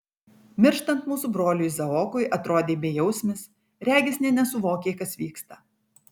mirštant mūsų broliui izaokui atrodei bejausmis regis nė nesuvokei kas vyksta